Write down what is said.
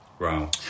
Wow